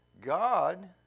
God